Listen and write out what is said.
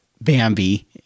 Bambi